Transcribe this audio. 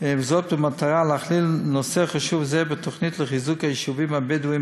וזאת במטרה להכליל נושא חשוב זה בתוכנית לחיזוק היישובים הבדואיים